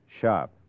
Sharp